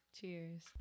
Cheers